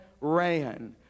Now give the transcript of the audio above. ran